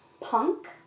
Punk